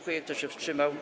Kto się wstrzymał?